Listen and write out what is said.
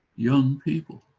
young people.